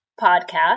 podcast